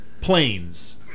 planes